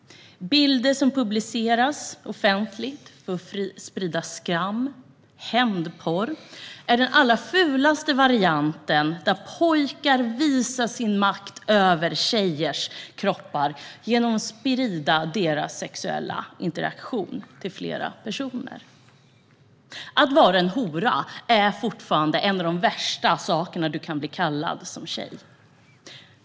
Bilder som publiceras offentligt för att sprida skam - hämndporr - är den allra fulaste varianten, där pojkar visar sin makt över tjejers kroppar genom att sprida deras sexuella interaktion till flera personer. "Hora" är fortfarande något av det värsta man kan bli kallad som tjej.